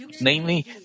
Namely